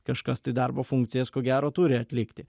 kažkas tai darbo funkcijas ko gero turi atlikti